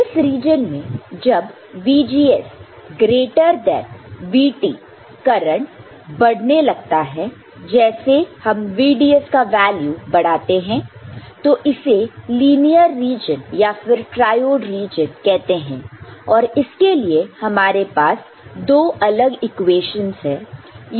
इस रीजन में जब VGS इस ग्रेटर दैनis greater than VT करंट बढ़ने लगता है जैसे हम VDS का वैल्यू बढ़ाते हैं तो इसे लीनियर रीजन या फिर ट्रायोड रीजन कहते हैं और इसके लिए हमारे पास दो अलग इक्वेशंस है